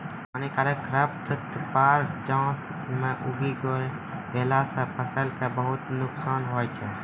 हानिकारक खरपतवार चास मॅ उगी गेला सा फसल कॅ बहुत नुकसान होय छै